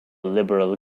liberal